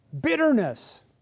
bitterness